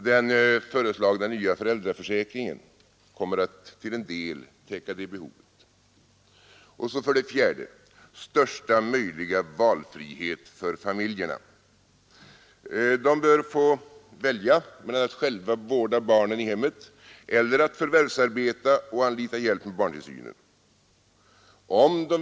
Den föreslagna nya föräldraförsäkringen täcker till en del detta behov. 4. Största möjliga valfrihet för familjerna. De bör få välja mellan att själva vårda barnen i hemmet eller att förvärvsarbeta och anlita hjälp med barntillsynen.